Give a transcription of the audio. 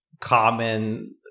common